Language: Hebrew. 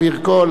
אתה לא צריך.